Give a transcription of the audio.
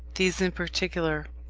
these in particular